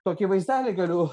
tokį vaizdelį galiu